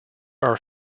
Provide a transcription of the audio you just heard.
are